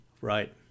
Right